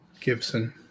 Gibson